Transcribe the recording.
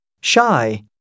shy